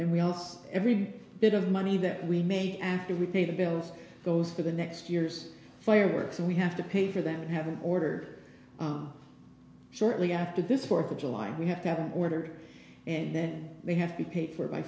wheels every bit of money that we make after we pay the bills goes for the next year's fireworks and we have to pay for them and have an order shortly after this fourth of july we have to have an order and then they have to be paid for by